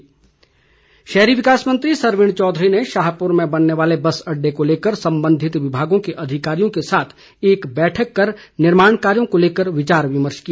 सरवीण चौधरी शहरी विकास मंत्री सरवीण चौधरी ने शाहपूर में बनने वाले बस अडडे को लेकर संबंधित विभागों के अधिकारियों के साथ एक बैठक कर निर्माण कार्यों को लेकर विचार विमर्श किया